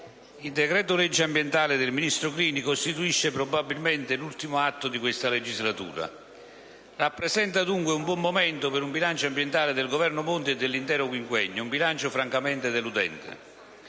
il decreto-legge ambientale del ministro Clini costituisce probabilmente l'ultimo atto di questa legislatura. Rappresenta dunque un buon momento per un bilancio ambientale del Governo Monti e dell'intero quinquennio. Un bilancio francamente deludente: